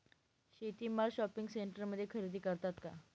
शेती माल शॉपिंग सेंटरमध्ये खरेदी करतात का?